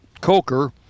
Coker